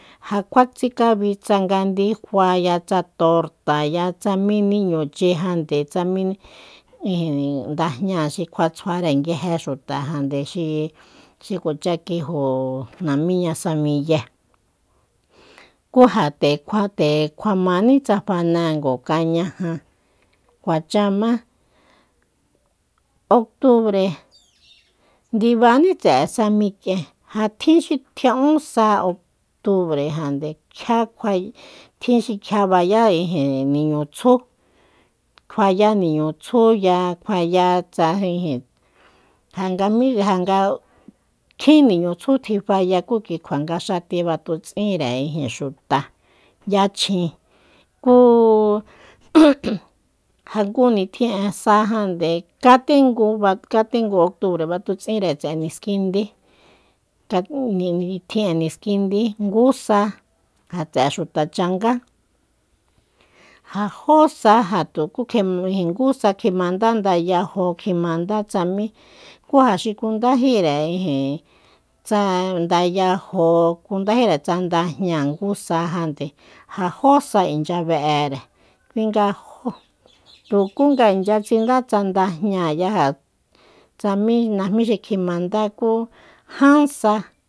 Ja kjua tsicabi tsanga ndifaya tsanga tortaya tsa mí niñuchijande tsa mí ndajña xi kua tsjuare nguije xutajande xi- xi kuacha kijo namíña sa miye kú ja te kjua- te kjua- kjuamání tsa fanango kañaja kuachamá octubre ndibaní tse'e sa mik'ien ja tjin xi tjia'ún sa octubre jande kjia kjuae tjin xi kjia bayá ijin niñu tsjú kjuayá niñutsjúya kjuayá tsa ijin janga mí kjin niñutsju tji faya kú kukjua nga xati batuts'inre ijin xuta yachjin kú ja ngu nitjin'e sa jande katengu octubre batutsínre tse'e niskindí nga nitjin'e niskindi ngu sa ja tse'e xuta changá ja jó sa ja tukú kjim ijin ngu sa kjima kjimandá ndayajo kjimandá tsa mí kú ja xi kundájíre ijin tsa ndayajo kundájire tsa ndajñáa ngu sa jande ja jó sa inchya be'ere kui nga jó tukú tsa inchya tsinda tsa ndajñáya ja tsa mí najmí xi kjimandá kú ján sa